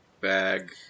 bag